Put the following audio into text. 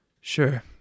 Sure